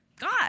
God